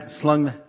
slung